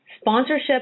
Sponsorship